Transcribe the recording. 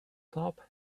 top